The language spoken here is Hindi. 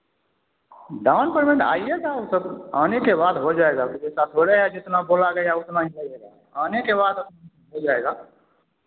डाउन पेमेंट आईएगा तब आने के बाद हो जाएगा एसा थोड़े है जितना बोला गया है उतना ही लगेगा आने के बाद हो जाएगा